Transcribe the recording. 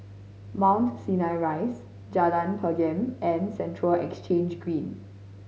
Mount Sinai Rise Jalan Pergam and Central Exchange Green